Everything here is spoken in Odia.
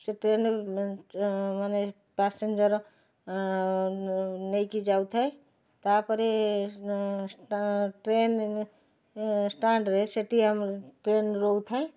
ସେ ଟ୍ରେନ୍ ରେ ମାନ ଚ ମାନେ ପାସେଞ୍ଜର ନେଇକି ଯାଉଥାଏ ତାପରେ ଷ୍ଟା ଟ୍ରେନ୍ ଷ୍ଟାଣ୍ଡ ରେ ସେଠି ଆମର ଟ୍ରେନ୍ ରହୁଥାଏ